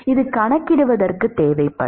இது கணக்கிடுவதற்குத் தேவைப்படும்